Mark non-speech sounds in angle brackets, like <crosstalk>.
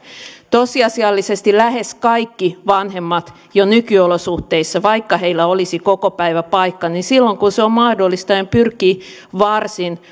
tosiasiallisesti lähes kaikki vanhemmat jo nykyolosuhteissa vaikka heillä olisi kokopäiväpaikka silloin kun se on mahdollista pyrkivät varsin <unintelligible>